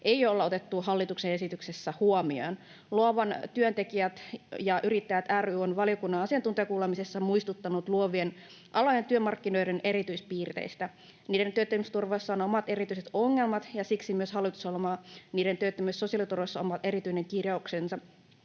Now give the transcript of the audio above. ei olla otettu hallituksen esityksessä huomioon. Luovan työn tekijät ja yrittäjät ry on valiokunnan asiantuntijakuulemisessa muistuttanut luovien alojen työmarkkinoiden erityispiireistä. Niiden työttömyysturvassa on omat erityiset ongelmat, ja siksi myös hallitusohjelmassa on niiden työttömyys- ja sosiaaliturvasta oma erityinen kirjauksensa.